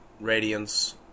radiance